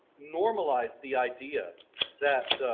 normalized the idea that